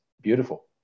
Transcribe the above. beautiful